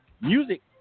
music